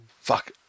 fuck